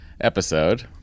episode